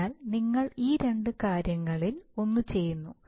അതിനാൽ നിങ്ങൾ ഈ രണ്ട് കാര്യങ്ങളിൽ ഒന്ന് ചെയ്യുന്നു